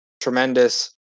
tremendous